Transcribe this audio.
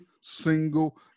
single